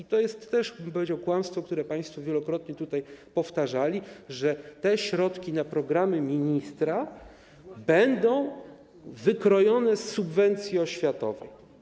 To też jest, powiedziałbym, kłamstwo, które państwo wielokrotnie tutaj powtarzali, że środki na programy ministra będą wykrojone z subwencji oświatowej.